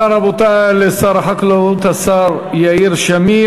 רבותי, תודה לשר החקלאות, השר יאיר שמיר.